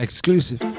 Exclusive